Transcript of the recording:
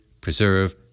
preserve